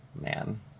Man